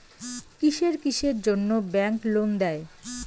কিসের কিসের জন্যে ব্যাংক লোন দেয়?